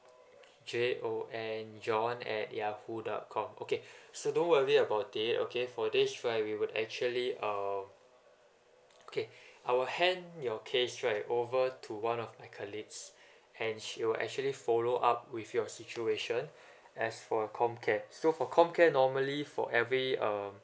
J O N jon at yahoo dot com okay so don't worry about it okay for this right we would actually um okay I will hand your case right over to one of my colleagues and she will actually follow up with your situation as for comcare so for comcare normally for every um